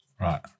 Right